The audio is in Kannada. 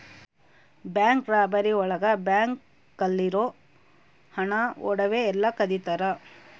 ಬ್ಯಾಂಕ್ ರಾಬರಿ ಒಳಗ ಬ್ಯಾಂಕ್ ಅಲ್ಲಿರೋ ಹಣ ಒಡವೆ ಎಲ್ಲ ಕದಿತರ